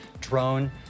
drone